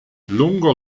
lungo